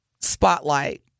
spotlight